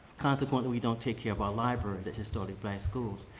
consequently, we don't take care of our libraries at historic glass schools.